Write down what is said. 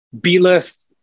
b-list